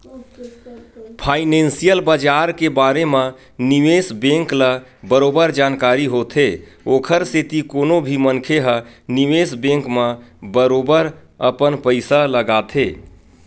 financial बजार के बारे म निवेस बेंक ल बरोबर जानकारी होथे ओखर सेती कोनो भी मनखे ह निवेस बेंक म बरोबर अपन पइसा लगाथे